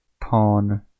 Pawn